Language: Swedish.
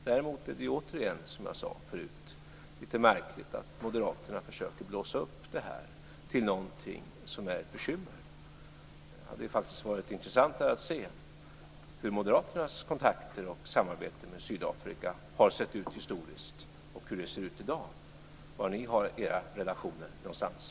Däremot är det återigen, som jag sade förut, lite märkligt att moderaterna försöker blåsa upp det här till någonting som är ett bekymmer. Det hade varit intressantare att få veta hur moderaternas kontakter och samarbete med Sydafrika har sett ut historiskt och hur de ser ut i dag och var moderaterna har sina relationer.